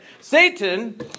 Satan